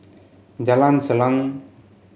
Jalan Salang